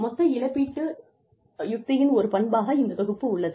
மொத்த இழப்பீட்டு யுக்தியின் ஒரு பண்பாக இந்த தொகுப்பு உள்ளது